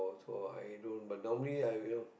so i don't but normally I will